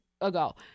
ago